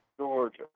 Georgia